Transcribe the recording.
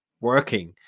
working